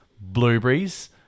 blueberries